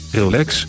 relax